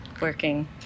working